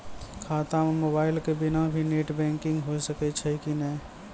खाता म मोबाइल के बिना भी नेट बैंकिग होय सकैय छै कि नै?